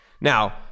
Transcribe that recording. Now